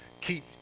keep